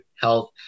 health